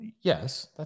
yes